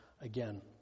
again